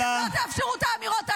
אתם לא תאפשרו את האמירות האלה.